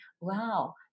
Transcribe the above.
wow